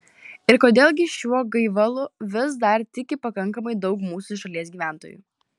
ir kodėl gi šiuo gaivalu vis dar tiki pakankamai daug mūsų šalies gyventojų